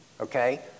Okay